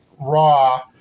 Raw